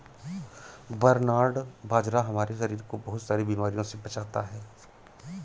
barnyard बाजरा हमारे शरीर को बहुत सारी बीमारियों से बचाता है